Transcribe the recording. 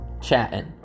chatting